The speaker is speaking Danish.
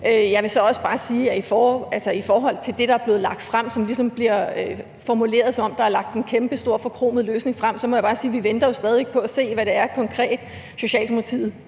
at der skal gøres noget. I forhold til det, der er blevet lagt frem, som ligesom bliver formuleret, som om der er lagt en kæmpestor forkromet løsning frem, så må jeg bare sige, at vi stadig væk venter på at se, hvad det er, Socialdemokratiet